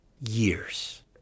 years